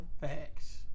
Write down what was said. facts